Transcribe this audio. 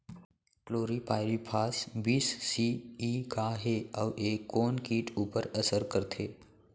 Chlorpyrifos बीस C E का हे अऊ ए कोन किट ऊपर असर करथे?